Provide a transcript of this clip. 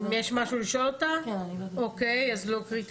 הבנתי.